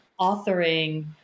authoring